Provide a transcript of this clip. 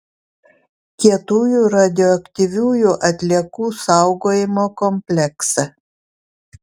kietųjų radioaktyviųjų atliekų saugojimo kompleksą